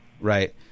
right